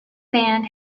band